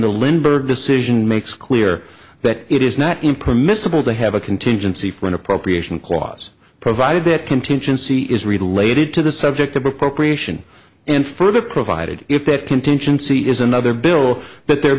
the lindbergh decision makes clear that it is not in permissible to have a contingency for an appropriation clause provided that contingency is related to the subject of appropriation and further provided if that contingency is another bill that there